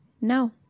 no